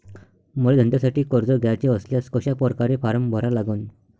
मले धंद्यासाठी कर्ज घ्याचे असल्यास कशा परकारे फारम भरा लागन?